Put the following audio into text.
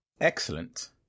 Excellent